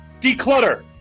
Declutter